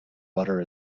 butter